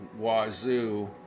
wazoo